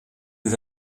des